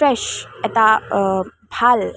fresh এটা ভাল